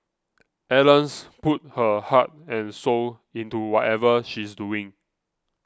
Ellen's puts her heart and soul into whatever she's doing